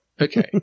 Okay